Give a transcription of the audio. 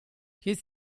his